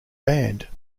band